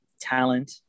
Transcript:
talent